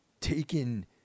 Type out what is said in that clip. taken